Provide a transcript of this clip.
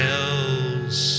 else